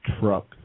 truck